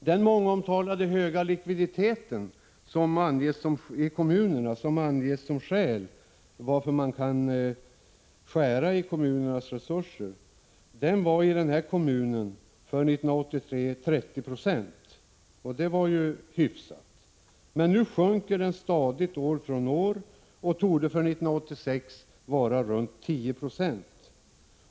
Den mångomtalade höga likviditeten i kommunerna — som anges som skäl till att man kan göra nedskärningar i kommunernas resurser — var i Strömsunds kommun 30 96 år 1983. Det är ju en hyfsad likviditet. Men nu sjunker den stadigt år från år. För 1986 torde kommunens likviditet vara runt 10 96.